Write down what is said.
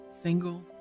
single